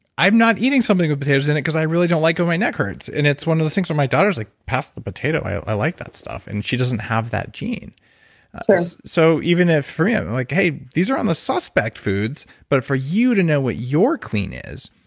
i'm not eating something with potatoes in it because i really don't like when my neck hurts. and it's one of those things where my daughter's like, pass the potato, i like that stuff. and she doesn't have that gene sure so even ah for him, like hey, these are on the suspect foods. but for you to know what your clean is,